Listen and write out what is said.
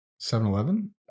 7-Eleven